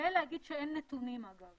ולהגיד שאין נתונים, אגב.